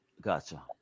Gotcha